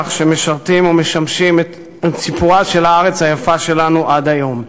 שמשרתים ומשמשים את סיפורה של הארץ היפה שלנו עד היום.